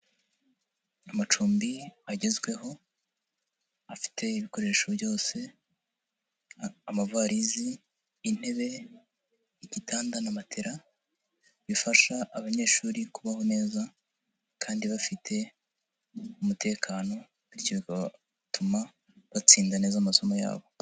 Amacumbi agezweho, afite ibikoresho byose amavarizi, intebe, igitanda na matela, bifasha abanyeshuri kubaho neza kandi bafite umutekano bityo bigatuma batsinda neza amasomo yabo.